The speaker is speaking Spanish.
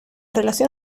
relación